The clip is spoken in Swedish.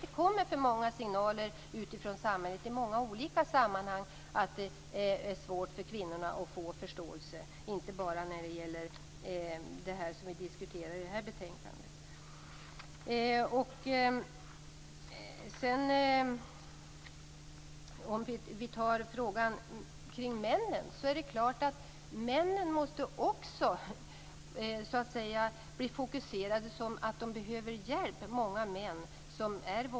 Det kommer för många signaler om att det är svårt för kvinnorna att få förståelse, inte bara när det gäller det som diskuteras i detta betänkande. Det är klart att också många män som är våldsutövare behöver hjälp.